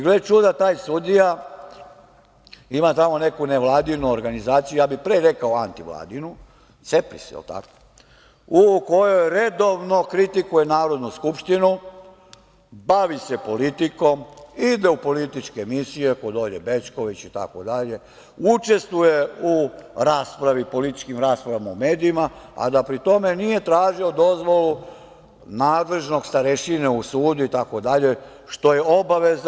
Gle čuda, taj sudija ima neku nevladinu organizaciju, pre bih rekao anti vladinu, CEPRIS jel tako, u kojoj redovno kritikuje Narodnu skupštinu, bavi se politikom, ide u političke emisije kod Olje Bećković itd, učestvuje u raspravi i političkim raspravama u medijima, a da pri tome nije tražio dozvolu nadležnog starešine u sudu, što je obaveza.